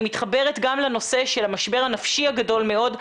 אני מתחברת גם לנושא של המשבר הנפשי הגדול מאוד,